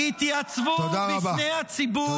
תודה רבה.